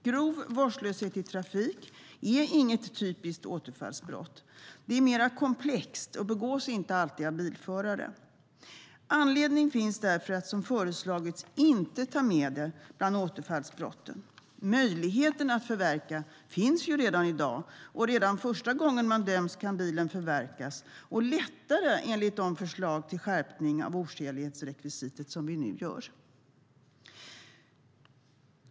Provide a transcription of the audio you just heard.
Grov vårdslöshet i trafik är inget typiskt återfallsbrott. Det är mer komplext och begås inte alltid av bilförare. Anledning finns därför som föreslagits att inte ta med det bland återfallsbrotten. Möjligheten att förverka finns redan i dag. Redan första gången man döms kan bilen förverkas, och det kan ske lättare enligt de förslag till skärpning av oskälighetsrekvisitet som vi nu ska fatta beslut om.